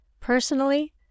Personally